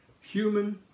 human